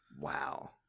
wow